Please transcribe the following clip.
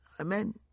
amen